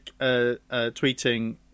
tweeting